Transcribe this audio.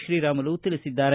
ಶ್ರೀರಾಮುಲು ತಿಳಿಸಿದ್ದಾರೆ